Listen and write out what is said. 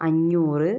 അഞ്ഞൂറ്